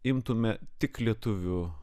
imtume tik lietuvių